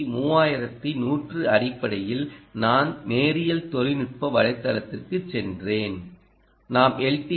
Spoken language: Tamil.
சி 3105 அடிப்படையில் நான் நேரியல் தொழில்நுட்ப வலைத்தளத்திற்குச் சென்றேன் நாம் எல்